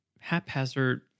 haphazard